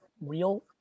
real